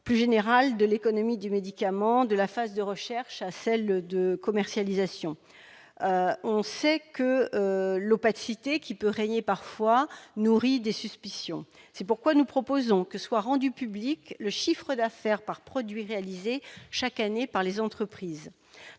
plus générale, de l'économie du médicament, de la phase de recherche à celle de commercialisation. On sait que l'opacité qui peut régner parfois nourrit des suspicions. C'est pourquoi nous proposons que soit rendu public le chiffre d'affaires par produit réalisé chaque année par les entreprises.